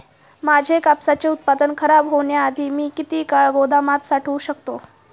माझे कापसाचे उत्पादन खराब होण्याआधी मी किती काळ गोदामात साठवू शकतो?